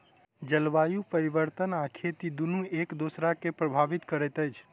जलवायु परिवर्तन आ खेती दुनू एक दोसरा के प्रभावित करैत अछि